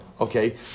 okay